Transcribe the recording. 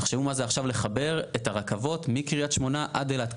תחשבו מה זה עכשיו לחבר את הרכבות מקריית שמונה עד אילת.